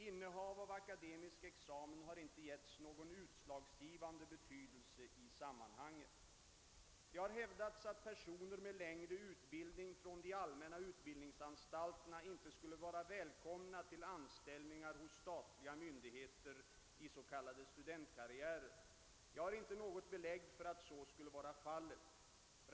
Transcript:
Innehav av akademisk examen har inte getts någon utslagsgivande betydelse i sammanhanget. Det har hävdats att personer med längre utbildning från de allmänna utbildningsanstalterna inte skulle vara välkomna till anställningar hos statliga myndigheter i s.k. studentkarriärer. Jag har inte något belägg för att så skulle vara fallet.